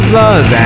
love